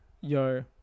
Yo